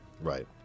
Right